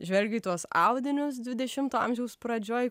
žvelgiu į tuos audinius dvidešimto amžiaus pradžioj